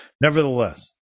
nevertheless